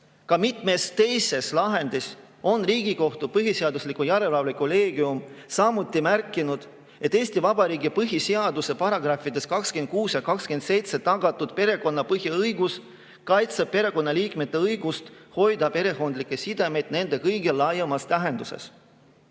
ka mitmes teises lahendis Riigikohtu põhiseaduslikkuse järelevalve kolleegium märkinud, et Eesti Vabariigi põhiseaduse §‑des 26 ja 27 tagatud perekonna põhiõigus kaitseb perekonnaliikmete õigust hoida perekondlikke sidemeid nende kõige laiemas tähenduses.